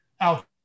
out